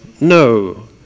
No